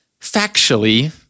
factually